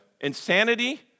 insanity